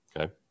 okay